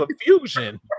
confusion